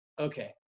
okay